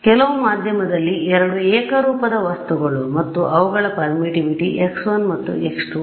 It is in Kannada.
ಕೆಲವು ಮಾಧ್ಯಮದಲ್ಲಿ 2 ಏಕರೂಪದ ವಸ್ತುಗಳು ಮತ್ತು ಅವುಗಳ ಪರ್ಮಿಟಿವಿಟಿ x1 ಮತ್ತು x2